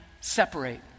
separate